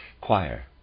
choir